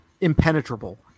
impenetrable